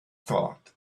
thought